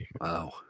wow